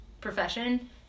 profession